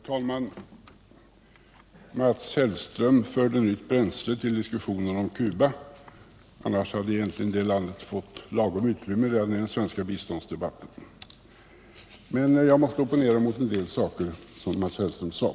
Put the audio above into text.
Herr talman! Mats Hellström förde nytt bränsle till diskussionen om Cuba. Det landet har egentligen fått lagom utrymme i den svenska biståndsdebatten, men jag måste opponera mig mot en del saker som Mats Hellström sade.